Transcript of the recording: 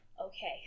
Okay